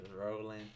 rolling